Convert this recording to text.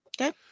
Okay